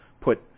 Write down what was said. put